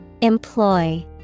Employ